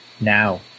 now